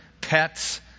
pets